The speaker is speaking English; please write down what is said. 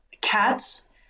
cats